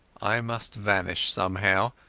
i must vanish somehow,